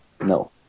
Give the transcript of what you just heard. No